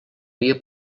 via